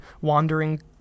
wandering